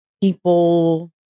people